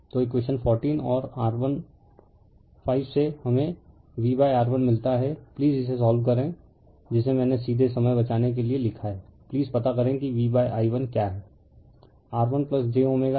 तो इकवेशन 14 और R15 से हमें V R1मिलता है प्लीज इसे सोल्व करें जिसे मैंने सीधे समय बचाने के लिए लिखा है प्लीज पता करें कि v i1 क्या है